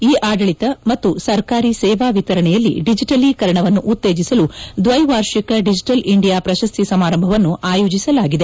E ಆಡಳತ ಮತ್ತು ಸರ್ಕಾರಿ ಸೇವಾ ವಿತರಣೆಯಲ್ಲಿ ಡಿಜೆಟಲೀಕರಣವನ್ನು ಉತ್ತೇಜಿಸಲು ದ್ವೈವಾರ್ಷಿಕ ಡಿಜೆಟಲ್ ಇಂಡಿಯಾ ಪ್ರಶಸ್ತಿ ಸಮಾರಂಭವನ್ನು ಆಯೋಜಿಸಲಾಗಿದೆ